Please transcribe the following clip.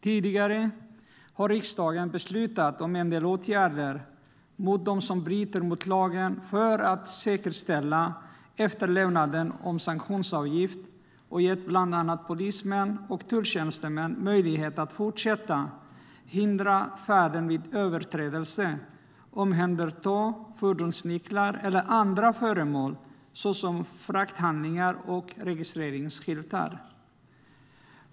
För att säkerställa efterlevnaden när det gäller sanktionsavgifter har riksdagen tidigare beslutat om en del åtgärder mot dem som bryter mot lagen. Man har bland annat gett polismän och tulltjänstemän möjlighet att fortsätta hindra färden vid överträdelse och omhänderta fordonsnycklar eller andra föremål, såsom frakthandlingar och registreringsskyltar.